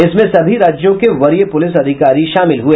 इसमें सभी राज्यों के वरीय पुलिस अधिकारी शामिल हुए